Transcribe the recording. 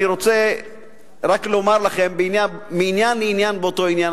אני רוצה רק לומר לכם מעניין לעניין באותו עניין.